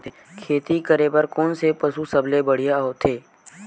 खेती करे बर कोन से पशु सबले बढ़िया होथे?